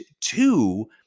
Two